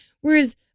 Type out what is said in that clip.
Whereas